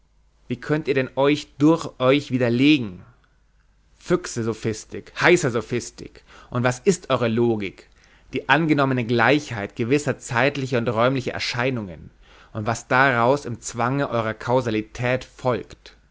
wie könnt ihr denn euch durch euch widerlegen füchse sophistik heißa sophistik und was ist eure logik die angenommene gleichheit gewisser zeitlicher und räumlicher erscheinungen und was daraus im zwange eurer kausalität folgt